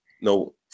No